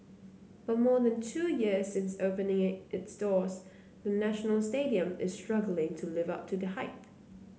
but more than two years since opening its doors the National Stadium is struggling to live up to the hype